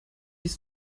ist